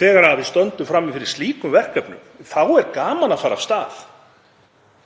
Þegar við stöndum frammi fyrir slíkum verkefnum þá er gaman að fara af stað